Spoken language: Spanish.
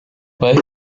país